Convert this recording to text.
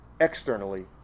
externally